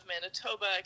manitoba